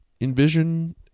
envision